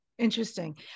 Interesting